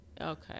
Okay